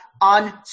on